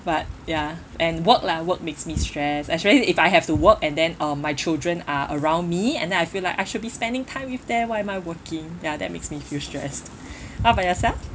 but ya and work lah work makes me stress especially if I have to work and then um my children are around me and then I feel like I should be spending time with them why am I working ya that makes me feel stressed how about yourself